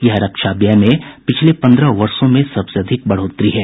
यह रक्षा व्यय में पिछले पन्द्रह वर्षों में सबसे अधिक बढ़ोतरी है